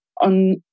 on